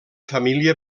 família